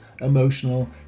emotional